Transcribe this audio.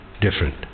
different